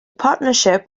partnership